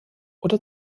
oder